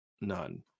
None